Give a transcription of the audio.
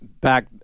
back